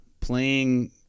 playing